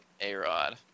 A-Rod